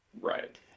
Right